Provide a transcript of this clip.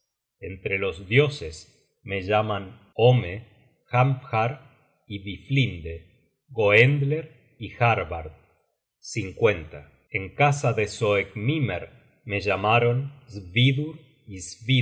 entre los dioses me llaman orne jafnhar y biflinde goendler y harbard en casa de soeckmimer me llamaron